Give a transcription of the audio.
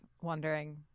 wondering